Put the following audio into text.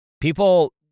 People